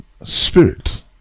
Spirit